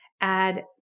add